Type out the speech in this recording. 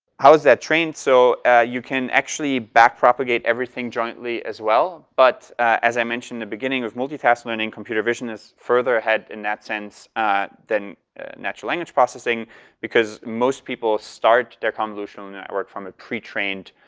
how's that train? so you can actually backpropagate everything jointly, as well. but as i mentioned in the beginning of multitask learning computer vision is further ahead in that sense than natural language processing because most people start their convolution and yeah work from a pre trained.